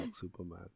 Superman